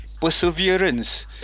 Perseverance